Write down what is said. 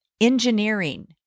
engineering